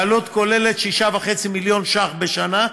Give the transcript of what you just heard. בעלות כוללת של 6.5 מיליון ש"ח בשנה.